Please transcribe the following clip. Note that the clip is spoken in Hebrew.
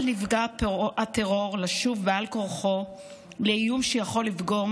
על נפגע הטרור לשוב בעל כורחו לאיום שיכול לפגום